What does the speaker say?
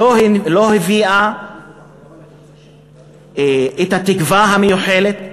לא מילאה את התקווה המיוחלת.